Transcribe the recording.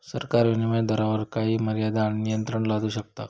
सरकार विनीमय दरावर काही मर्यादे आणि नियंत्रणा लादू शकता